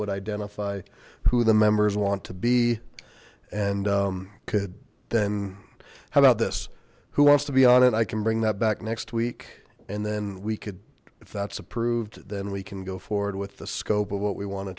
would identify who the members want to be and could then how about this who wants to be on it i can bring that back next week and then we could if that's approved then we can go forward with the scope of what we want to